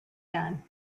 done